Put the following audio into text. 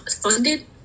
funded